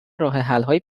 راهحلهای